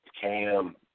Cam